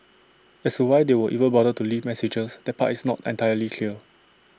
as to why they would even bother to leave messages that part is not entirely clear